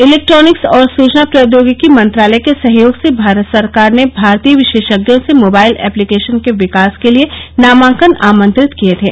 electronics और सूचना प्रौद्योगिकी मंत्रालय के सहयोग से भारत सरकार ने भारतीय विशेषज्ञो से मोबाइल एप्लिकेशन के विकास के लिए नामांकन आमंत्रित किए थे